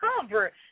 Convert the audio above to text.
cover